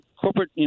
corporate